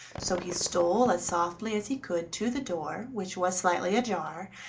so he stole as softly as he could to the door, which was slightly ajar,